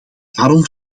daarom